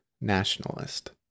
nationalist